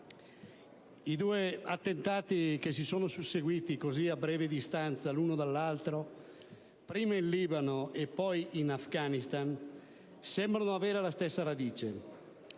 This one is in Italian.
I due attentati che si sono susseguiti così a breve distanza l'uno dall'altro, prima in Libano e poi in Afghanistan, sembrano avere la stessa radice.